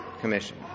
Commission